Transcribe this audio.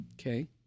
Okay